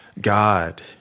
God